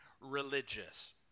religious